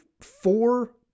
four